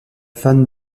fan